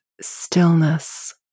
stillness